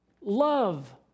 love